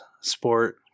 sport